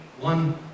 one